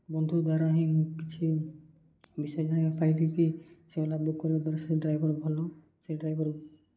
ବନ୍ଧୁ ଦ୍ୱାରା ହିଁ ମୁଁ କିଛି ବିଷୟ ଜାଣିବା ପାଇଲି କି ସେ ଓଲା ବୁକ୍ କରିବା ଦ୍ୱାରା ସେ ଡ୍ରାଇଭର ଭଲ ସେ ଡ୍ରାଇଭର